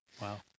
Wow